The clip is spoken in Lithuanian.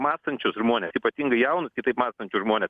mąstančius žmones ypatingai jaunus kitaip mąstančius žmones